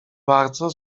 bardzo